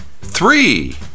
Three